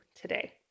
today